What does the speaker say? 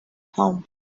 home